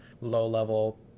low-level